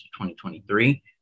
2023